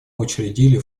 учредили